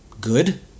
good